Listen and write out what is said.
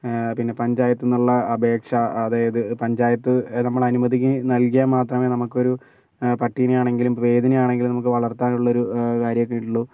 പിന്നെ പഞ്ചായത്തു നിന്നുള്ള അപേക്ഷ അതായത് പഞ്ചായത്ത് നമ്മൾ അനുമതി നൽകിയാൽ മാത്രമേ നമുക്കൊരു പട്ടിയെ ആണെങ്കിലും ഏതിനെ ആണെങ്കിലും നമുക്ക് വളർത്താൻ ഉള്ളൊരു കാര്യമൊക്കേ ഉള്ളൂ